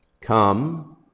come